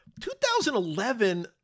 2011